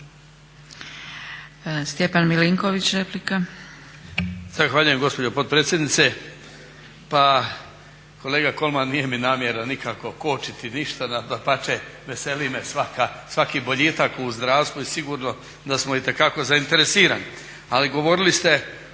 Stjepan MIlinković, replika.